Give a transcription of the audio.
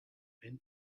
went